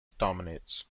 dominates